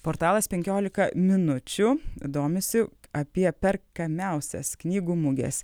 portalas penkiolika minučių domisi apie perkamiausias knygų mugės